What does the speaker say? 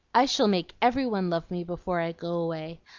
i shall make every one love me before i go away.